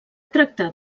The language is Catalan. tractar